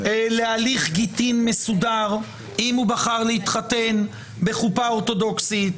להליך גט מסודר אם הוא בחר להתחתן בדרך זו,